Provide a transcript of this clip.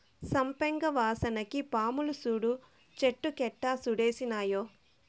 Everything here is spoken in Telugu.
సంపెంగ వాసనకి పాములు సూడు చెట్టు కెట్టా సుట్టినాయో